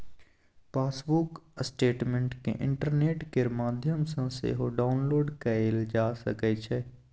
passbook statement केँ internet केर माध्यमसँ सेहो डाउनलोड कएल जा सकै छै